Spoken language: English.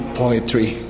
poetry